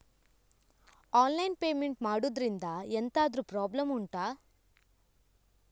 online payment ಮಾಡುದ್ರಿಂದ ಎಂತಾದ್ರೂ problem ಉಂಟಾ